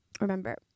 Remember